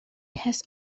has